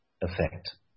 effect